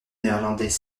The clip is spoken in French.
néerlandais